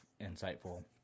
insightful